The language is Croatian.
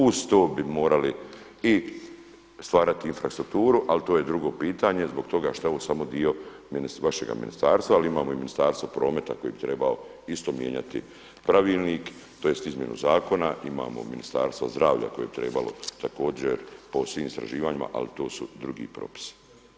Uz to bi morali i stvarati infrastrukturu ali to je drugo pitanje zbog toga što je ovo samo dio vašega ministarstva ali imamo i Ministarstvo prometa koje bi trebalo isto mijenjati pravilnik tj. izmjenu zakona, imamo Ministarstvo zdravlja koje bi trebalo također po svim istraživanjima ali to su drugi propisi.